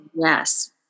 yes